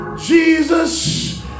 Jesus